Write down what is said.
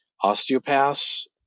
osteopaths